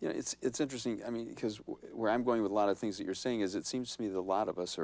you know it's interesting i mean because we're i'm going with a lot of things you're saying is it seems to me the lot of us